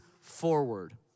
forward